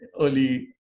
early